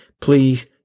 Please